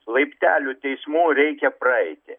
laiptelių teismų reikia praeiti